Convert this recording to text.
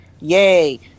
Yay